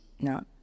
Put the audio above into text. No